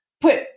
put